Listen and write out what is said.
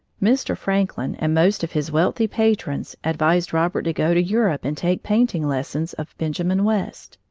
mr. franklin and most of his wealthy patrons advised robert to go to europe and take painting lessons of benjamin west.